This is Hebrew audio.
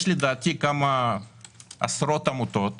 יש לדעתי כמה עשרות עמותות